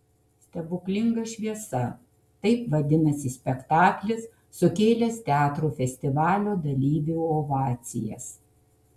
stebuklinga šviesa taip vadinasi spektaklis sukėlęs teatrų festivalio dalyvių ovacijas